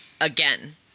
Again